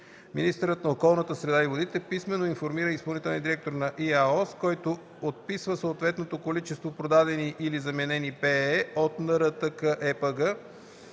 среда и водите писмено информира изпълнителния директор на ИАОС, който отписва съответното количество продадени и/или заменени ПЕЕ от НРТКЕПГ